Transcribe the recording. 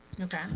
Okay